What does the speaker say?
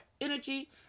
energy